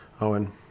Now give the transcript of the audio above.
Owen